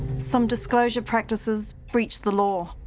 some disclosure practices breached the law.